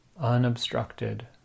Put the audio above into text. unobstructed